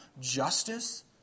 justice